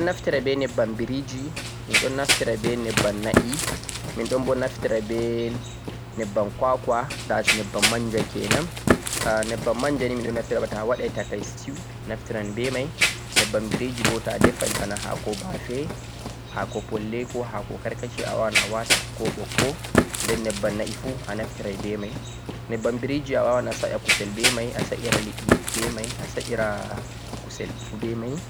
Minɗon naftira be nebbam biriji, nebbam na'e, nebbam kwakwa manja kenan. Nebbam manja minɗon naftira ɓemai ha waɗugo takai stew, nebbam biriji bo bana defugo hako bafe, hako polle koh mutaho koh ɓokko awawan a sa'eran kusel, liɗɗe